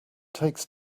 takes